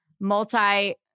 multi